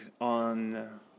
on